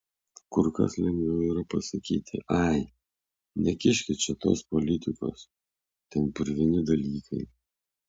kur kas lengviau yra pasakyti ai nekiškit čia tos politikos ten purvini dalykai